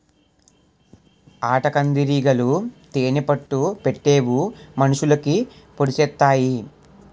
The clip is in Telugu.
ఆటకందిరీగలు తేనే పట్టు పెట్టవు మనుషులకి పొడిసెత్తాయి